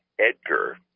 Edgar